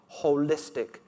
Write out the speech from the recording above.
holistic